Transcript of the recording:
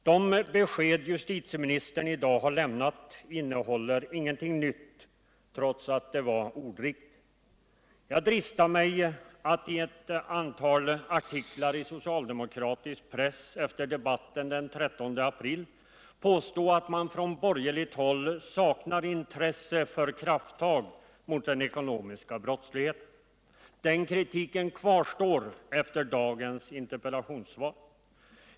Det besked justitieministern i dag har lämnat innehåller ingenting nytt, trots att det var ordrikt. Jag dristade mig att i ett antal artiklar i socialdemokratisk press efter debatten den 13 april påstå att man på borgerligt håll saknar intresse för krafttag mot den ekonomiska brottsligheten. Den kritiken kvarstår efter dagens interpellationsvar.